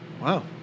Wow